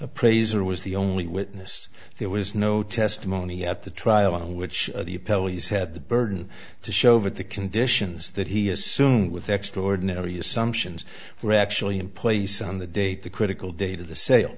appraiser was the only witness there was no testimony at the trial in which the pelleas had the burden to show that the conditions that he assumed with extraordinary assumptions were actually in place on the date the critical day to the sale